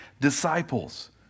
disciples